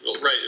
right